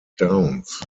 downs